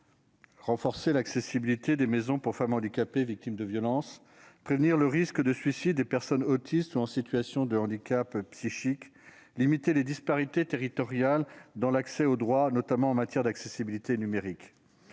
renforcer l'accessibilité des maisons pour femmes handicapées victimes de violences, prévenir le risque de suicide des personnes autistes ou en situation de handicap psychique, limiter les disparités territoriales dans l'accès aux droits, notamment en matière d'accessibilité numérique.